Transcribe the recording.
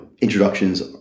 introductions